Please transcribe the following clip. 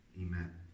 amen